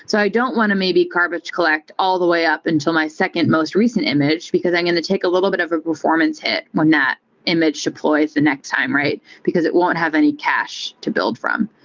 so i don't want to maybe garbage collect all the way up until my second most recent image, because i'm going to take a little bit of a performance hit when that image deploys the next time, because it won't have any cache to build from.